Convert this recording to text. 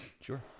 Sure